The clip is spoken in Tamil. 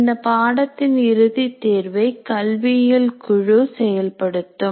இந்த பாடத்தின் இறுதித் தேர்வை கல்வியியல் குழு செயல்படுத்தும்